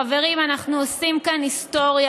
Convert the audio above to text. חברים, אנחנו עושים כאן היסטוריה.